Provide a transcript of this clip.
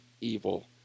evil